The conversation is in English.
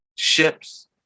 ships